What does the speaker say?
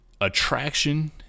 attraction